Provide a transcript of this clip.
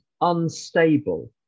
unstable